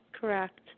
Correct